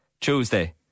Tuesday